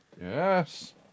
Yes